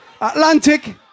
Atlantic